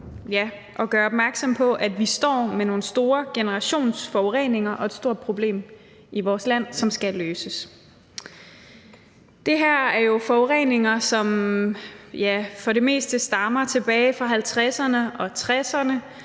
ja, gøre opmærksom på, at vi står med nogle store generationsforureninger og et stort problem i vores land, som skal løses. Det her er jo forureninger, som for det meste stammer tilbage fra 50'erne og 60'erne,